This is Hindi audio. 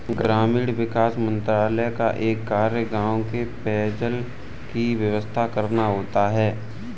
ग्रामीण विकास मंत्रालय का एक कार्य गांव में पेयजल की व्यवस्था करना होता है